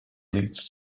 leads